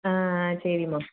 ஆ ஆ சரிம்மா